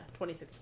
2016